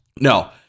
No